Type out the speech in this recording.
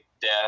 death